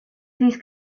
these